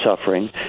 suffering